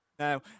now